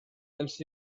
els